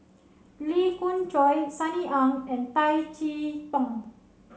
Lee Khoon Choy Sunny Ang and Bay Chee Toh